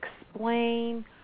explain